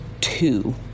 two